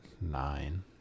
nine